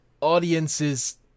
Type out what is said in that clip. Audiences